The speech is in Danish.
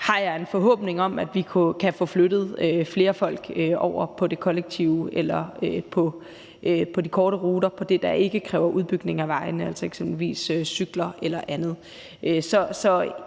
har jeg en forhåbning om vi kan få flyttet flere folk over på det kollektive eller på de korte ruter der, hvor det ikke kræver en udbygning af vejene, altså eksempelvis cykler eller andet.